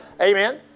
Amen